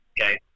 Okay